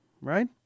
Right